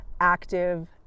active